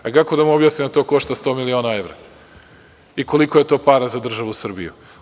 A kako da vam objasnim da to košta 100 miliona evra i koliko je to para za državu Srbiju.